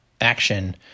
action